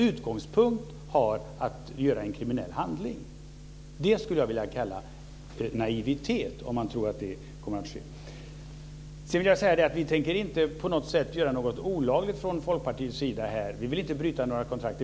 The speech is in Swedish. Utgångspunkten är alltså att utföra en kriminell handling. Om man tror att det kommer att ske vill jag tala om naivitet. Vi i Folkpartiet tänker inte på något sätt göra olagliga saker här. Vi vill inte byta några kontrakt.